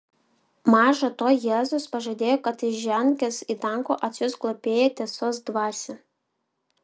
maža to jėzus pažadėjo kad įžengęs į dangų atsiųs globėją tiesos dvasią